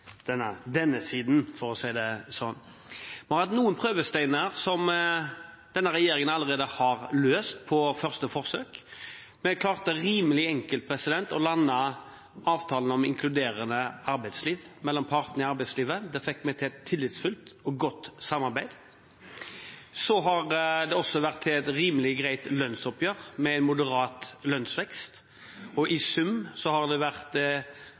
den andre siden og staten på denne siden – for å si det sånn. Vi har hatt noen «prøvesteiner» som denne regjeringen allerede har løst på første forsøk. Vi klarte rimelig enkelt å lande avtalen om inkluderende arbeidsliv mellom partene i arbeidslivet. Der fikk vi til et tillitsfullt og godt samarbeid. Så har det også vært et rimelig greit lønnsoppgjør med moderat lønnsvekst. I sum har det vært